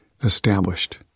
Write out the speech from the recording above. established